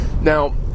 Now